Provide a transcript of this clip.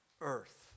earth